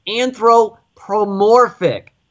anthropomorphic